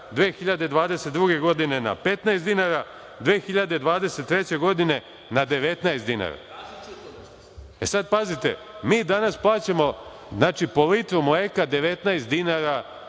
2022. godine na 15 dinara, 2023. godine na 19 dinara. Sad, pazite, mi danas plaćamo po litru mleka 19 dinara